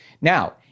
Now